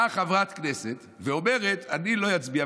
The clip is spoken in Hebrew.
באה חברת כנסת ואומרת: אני לא אצביע.